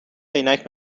عینک